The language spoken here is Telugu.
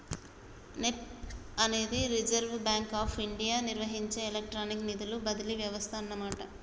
నెప్ప్ అనేది రిజర్వ్ బ్యాంక్ ఆఫ్ ఇండియా నిర్వహించే ఎలక్ట్రానిక్ నిధుల బదిలీ వ్యవస్థ అన్నమాట